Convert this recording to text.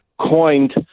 coined